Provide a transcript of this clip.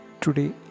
Today